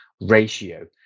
ratio